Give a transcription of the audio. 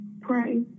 pray